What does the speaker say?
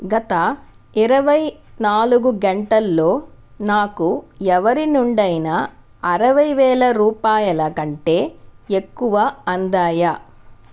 గత ఇరవై నాలుగు గంటల్లో నాకు ఎవరి నుండైనా అరవై వేల రూపాయల కంటే ఎక్కువ అందాయా